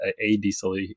A-diesel